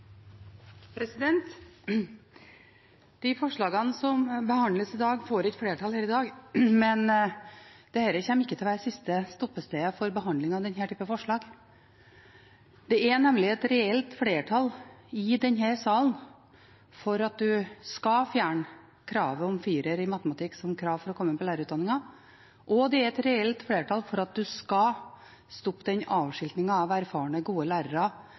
at de skal gjelde også for dem som er i skolen i dag, ikke bare for dem som skal begynne på skolen i morgen. Forslagene som behandles i dag, får ikke flertall, men dette kommer ikke til å være siste stoppested for behandling av denne type forslag. Det er nemlig et reelt flertall i denne salen for at en skal fjerne kravet om 4 i matematikk for å komme inn på lærerutdanningen, og det er et reelt flertall for at en skal stoppe den